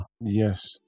Yes